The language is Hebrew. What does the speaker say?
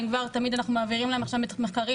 אנחנו מעבירים להם מחקרים,